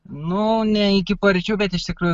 nu ne iki paryčių bet iš tikrųjų